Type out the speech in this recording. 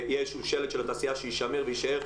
ויהיה איזשהו שלד של התעשייה שיישמר ויישאר,